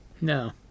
No